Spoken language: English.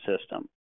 system